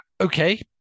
Okay